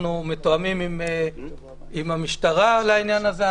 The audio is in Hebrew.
אנחנו מתואמים עם המשטרה על העניין הזה,